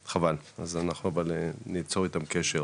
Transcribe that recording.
חבל, אז אנחנו ניצור איתם קשר.